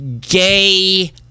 gay